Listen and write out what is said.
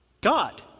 God